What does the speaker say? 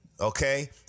Okay